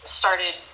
started